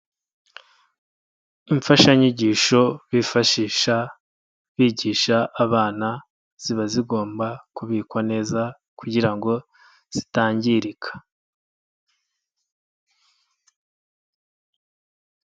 Imfashanyigisho bifashisha bigisha abana, ziba zigomba kubikwa neza kugira ngo zitangirika.